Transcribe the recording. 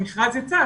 המכרז יצא,